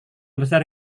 besar